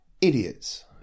Idiots